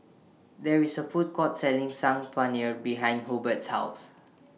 There IS A Food Court Selling Saag Paneer behind Hubert's House